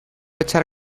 echar